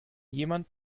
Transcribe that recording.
jemand